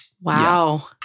Wow